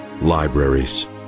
libraries